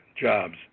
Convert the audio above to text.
jobs